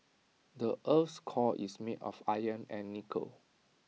the Earth's core is made of iron and nickel